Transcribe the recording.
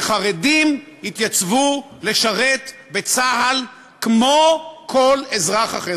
שחרדים יתייצבו לשרת בצה"ל כמו כל אזרח אחר.